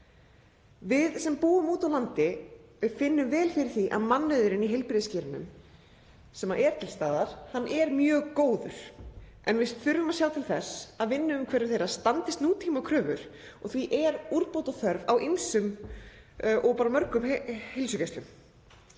Við sem búum úti á landi finnum vel fyrir því að mannauðurinn í heilbrigðiskerfinu, sem er til staðar, er mjög góður. En við þurfum að sjá til þess að vinnuumhverfi þeirra standist nútímakröfur og því er úrbóta þörf á mörgum heilsugæslum.